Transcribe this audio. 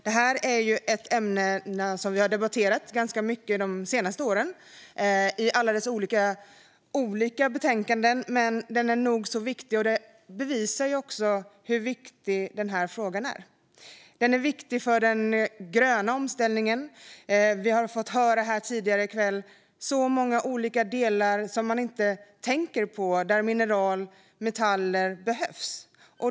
Detta är ju ett ämne som vi har debatterat ganska mycket de senaste åren i samband med olika betänkanden, men det är nog så viktigt. Det bevisar också hur viktig den här frågan är. Den är viktig för den gröna omställningen. Den som lyssnat har tidigare i kväll fått höra om många olika delar som man inte tänker på där mineral och metaller behövs.